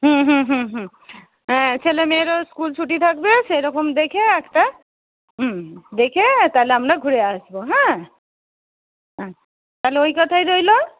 হুম হুম হুম হুম হ্যাঁ ছেলেমেয়েরও স্কুল ছুটি থাকবে সেরকম দেখে একটা হুম দেখে তাহলে আমরা ঘুরে আসব হ্যাঁ হ্যাঁ তাহলে ওই কথাই রইল